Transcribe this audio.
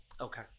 Okay